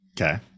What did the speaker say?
okay